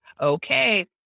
okay